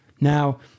Now